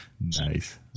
Nice